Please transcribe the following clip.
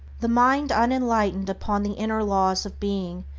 the mind unenlightened upon the inner laws of being,